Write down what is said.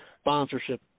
sponsorship